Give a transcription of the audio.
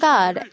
God